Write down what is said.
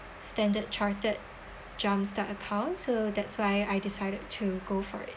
standard chartered jumpstart account so that's why I decided to go for it